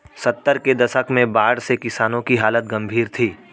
सत्तर के दशक में बाढ़ से किसानों की हालत गंभीर थी